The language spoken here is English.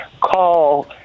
Call